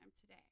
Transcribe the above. today